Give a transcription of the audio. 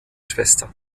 schwester